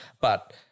But-